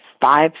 five